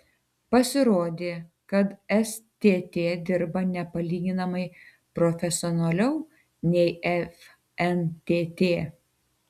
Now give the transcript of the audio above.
pasirodė kad stt dirba nepalyginamai profesionaliau nei fntt